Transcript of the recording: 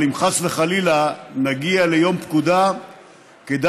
אבל אם חס וחלילה נגיע ליום פקודה כדאי